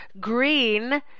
green